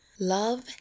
love